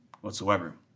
whatsoever